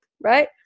right